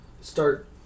start